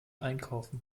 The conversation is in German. einkaufen